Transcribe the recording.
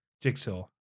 Jigsaw